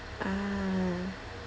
ah